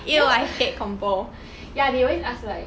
you know ya they always ask like